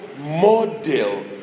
model